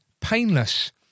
painless